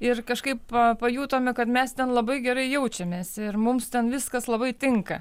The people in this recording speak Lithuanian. ir kažkaip pajutome kad mes ten labai gerai jaučiamės ir mums ten viskas labai tinka